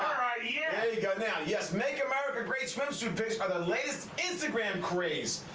yeah you go. now, yes, make america great swimsuit pitch are the latest instagram craze.